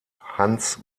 hans